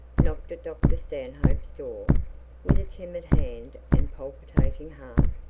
knocked at dr stanhope's door with a timid hand and palpitating heart.